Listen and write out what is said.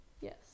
yes